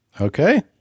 Okay